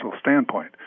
standpoint